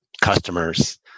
customers